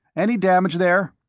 any damage there?